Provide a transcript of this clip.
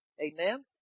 amen